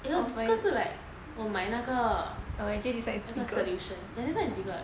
you know 这个是 like 我买哪个那个 solution ya this side is bigger [what]